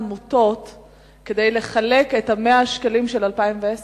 תהליך כדי לחלק את 100 המיליון של 2010?